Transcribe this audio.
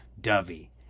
dovey